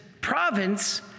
province